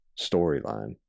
storyline